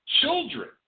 children